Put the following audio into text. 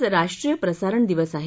आज राष्ट्रीय प्रसारण दिवस आहे